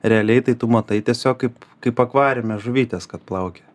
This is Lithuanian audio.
realiai tai tu matai tiesiog kaip kaip akvariume žuvytės kad plaukia